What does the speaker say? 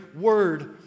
word